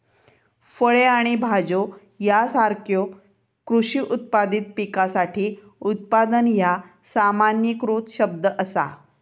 फळे आणि भाज्यो यासारख्यो कृषी उत्पादित पिकासाठी उत्पादन ह्या सामान्यीकृत शब्द असा